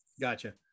Gotcha